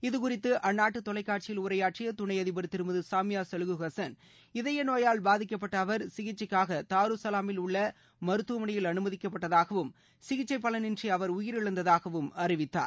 இது குறித்து அந்நாட்டு தொலைக்காட்சியில் உரையாற்றிய துணை அதிபர் திருமதி சாமியா சுலுஹூ ஹசன் இதயநோயால் பாதிக்கப்பட்ட அவர் சிகிச்சைக்காக தாரு சலாமில் உள்ள மருத்துவமனையில் அனுமதிக்கப்பட்டதாகவும் சிகிச்சை பலன் இன்றி அவர் உயிரிழந்ததாகவும் அறிவித்தார்